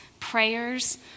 Prayers